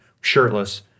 shirtless